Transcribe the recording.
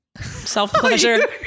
self-pleasure